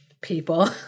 people